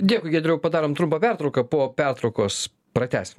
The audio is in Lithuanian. dėkui giedriau padarom trumpą pertrauką po pertraukos pratęsim